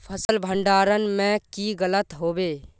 फसल भण्डारण में की लगत होबे?